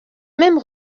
même